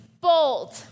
bold